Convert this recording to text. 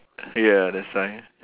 ya that's why